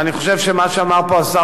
צריך להתקדם בהסדרה.